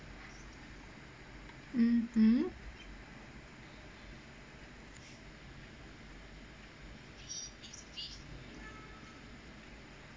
mmhmm